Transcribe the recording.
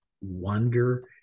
wonder